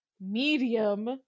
medium